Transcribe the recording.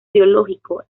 biológico